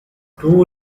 too